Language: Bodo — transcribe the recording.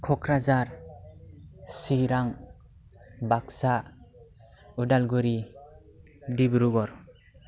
क'क्राझार चिरां बाक्सा उदालगुरि दिब्रुगर